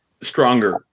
stronger